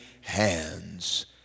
hands